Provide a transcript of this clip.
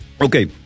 Okay